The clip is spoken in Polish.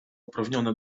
uprawnione